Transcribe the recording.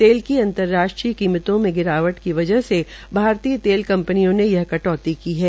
तेल की अंतर्राष्ट्रीय कीमतों में गिरावट की वजह से भारतीय तेल कंपनियों ने यह कटौती की है